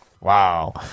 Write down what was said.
Wow